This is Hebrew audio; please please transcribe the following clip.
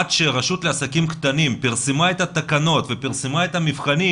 עד שהרשות לעסקים קטנים פרסמה את התקנות ואת המבחנים